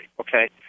Okay